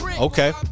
Okay